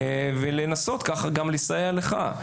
ולנסות ככה גם לסייע לך.